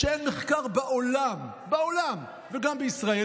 שאין מחקר בעולם, בעולם, וגם בישראל